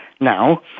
Now